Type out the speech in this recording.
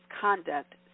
conduct